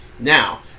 Now